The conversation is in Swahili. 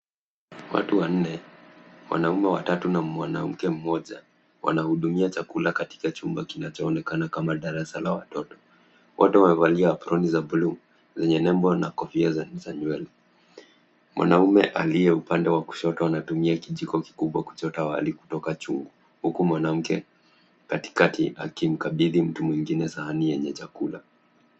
Watu wanne, wanaume watatu na mwanamke mmoja wanahudumia chakula katika chumba kinachoonekana kama darasa la watoto. Wote wamevalia aproni za buluu zenye nembo na kofia za nywele. Mwanaume aliye upande wa kushoto anatumia kijiko kikubwa kuchota wali kutoka chungu, huku mwanamke katikati akimkabidhi mtu mwingine sahani yenye chakula.